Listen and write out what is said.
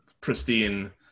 Pristine